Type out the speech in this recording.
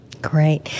Great